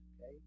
Okay